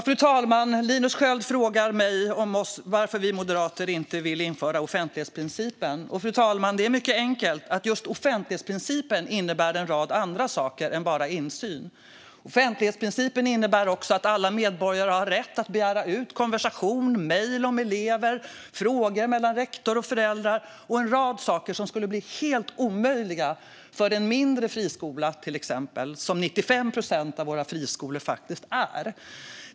Fru talman! Linus Sköld frågar mig varför inte vi moderater vill införa offentlighetsprincipen. Det är mycket enkelt, fru talman. Just offentlighetsprincipen innebär en rad andra saker än bara insyn. Offentlighetsprincipen innebär också att alla medborgare har rätt att begära ut konversation och mejl om elever, frågor mellan rektor och föräldrar och en rad saker som skulle bli helt omöjliga för till exempel en mindre friskola, som 95 procent av våra friskolor faktiskt är.